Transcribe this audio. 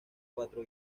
cuatro